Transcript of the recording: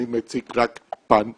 אני מציג רק פן אחד.